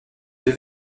deux